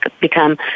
become